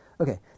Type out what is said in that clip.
Okay